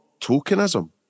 tokenism